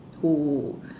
who